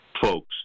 folks